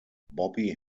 bobby